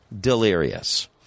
Delirious